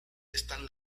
están